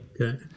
okay